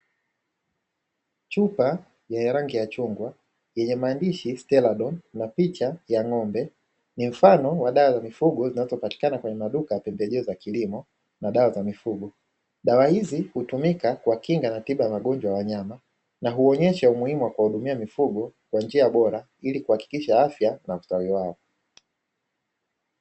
Chupa yenye rangi ya chungwa yenye maandishi "sterado" na picha ya ng'ombe ni mfano wa dawa za mifugo zinazopatikana kwenye maduka ya pembejeo za kilimo na dawa za mifugo. Dawa hizi hutumika kuwakinga na tiba ya magonjwa ya wanyama na huonyesha umuhimu wa kuwahudumia mifugo kwa njia bora ili kuhakikisha afya na ustawi wao.